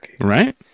Right